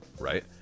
right